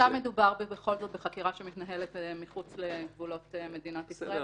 שם מדובר בחקירה שמתנהלת מחוץ לגבולות מדינת ישראל,